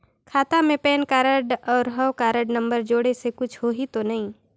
खाता मे PAN card और हव कारड नंबर जोड़े से कुछ होही तो नइ?